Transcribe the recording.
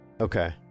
Okay